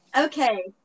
Okay